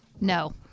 No